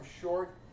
short